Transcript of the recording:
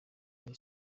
muri